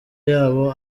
yabo